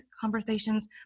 conversations